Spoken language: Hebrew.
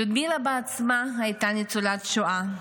לודמילה עצמה הייתה ניצולת שואה.